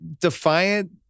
defiant